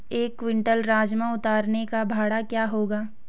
एक क्विंटल राजमा उतारने का भाड़ा क्या होगा?